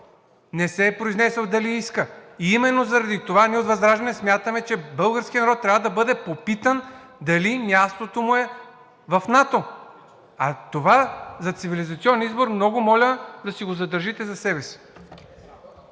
не се е произнесъл дали иска. Именно заради това ние от ВЪЗРАЖДАНЕ смятаме, че българският народ трябва да бъде попитан дали мястото му е в НАТО. А това за цивилизационния избор, много моля да го задържите за себе си.